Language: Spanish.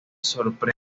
sorprende